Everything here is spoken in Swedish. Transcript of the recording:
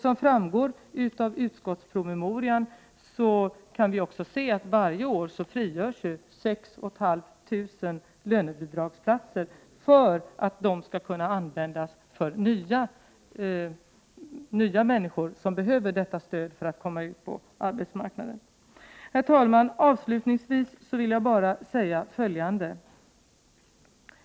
Som framgår av utskottspromemorian kan vi också se att det varje år frigörs 6 500 lönebidragsplatser för att de skall kunna användas för nya människor som behöver stödet för att komma ut på arbetsmarknaden. Herr talman! Avslutningsvis vill jag bara säga följande.